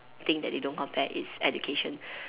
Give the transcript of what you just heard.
thing that they don't compare is education